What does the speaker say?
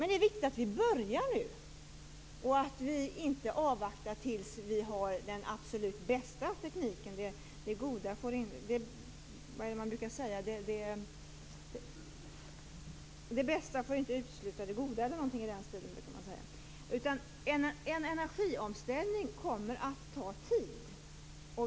Det är viktigt att vi nu börjar och inte avvaktar tills vi har den absolut bästa tekniken. Man brukar säga att det bästa inte får utesluta det goda, eller någonting i den stilen. En energiomställning kommer att ta tid.